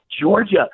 Georgia